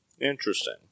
Interesting